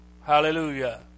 Hallelujah